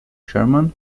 german